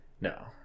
No